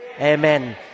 Amen